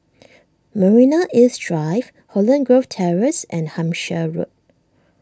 Marina East Drive Holland Grove Terrace and Hampshire Road